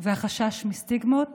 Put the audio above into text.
והחשש מסטיגמות